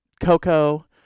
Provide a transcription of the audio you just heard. Coco